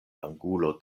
angulo